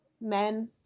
men